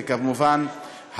וכמובן,